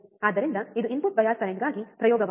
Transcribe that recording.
ಆದ್ದರಿಂದ ಇದು input bias ಕರೆಂಟ್ಗಾಗಿ ಪ್ರಯೋಗವಾಗಿದೆ